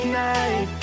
night